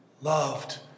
loved